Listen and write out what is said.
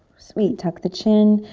sweet, tuck the chin.